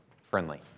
friendly